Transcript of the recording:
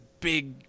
big